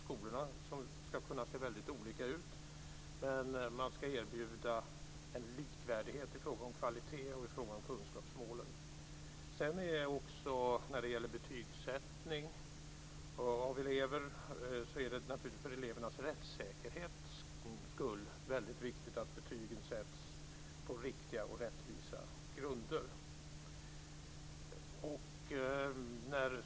Skolorna ska kunna se olika ut, men de ska erbjuda en likvärdighet i fråga om kvalitet och i fråga om kunskapsmålen. För elevernas rättssäkerhets skull är det viktigt att betygen sätts på riktiga och rättvisa grunder.